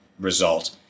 result